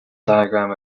diagram